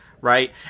right